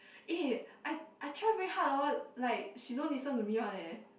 eh I I try very hard orh like she don't listen to me one eh